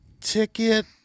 ticket